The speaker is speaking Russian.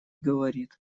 говорит